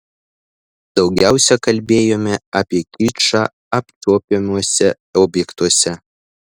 daugiausia kalbėjome apie kičą apčiuopiamuose objektuose